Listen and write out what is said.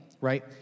right